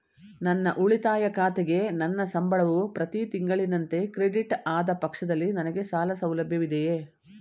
ನನ್ನ ಉಳಿತಾಯ ಖಾತೆಗೆ ನನ್ನ ಸಂಬಳವು ಪ್ರತಿ ತಿಂಗಳಿನಂತೆ ಕ್ರೆಡಿಟ್ ಆದ ಪಕ್ಷದಲ್ಲಿ ನನಗೆ ಸಾಲ ಸೌಲಭ್ಯವಿದೆಯೇ?